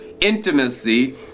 intimacy